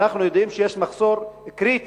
ואנחנו יודעים שיש מחסור קריטי